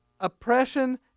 Oppression